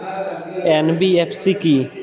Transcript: NBFC কী?